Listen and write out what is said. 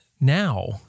now